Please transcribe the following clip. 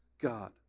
God